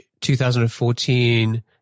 2014